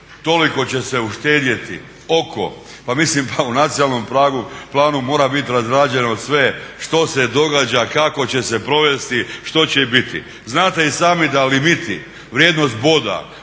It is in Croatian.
toliko će se uštedjeti, oko, pa mislim pa u Nacionalnom planu mora bit razrađeno sve što se događa, kako će se provesti, što će biti. Znate i sami da limiti, vrijednost boda